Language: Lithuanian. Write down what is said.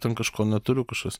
ten kažko neturiu kažkas